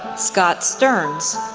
scott stearns,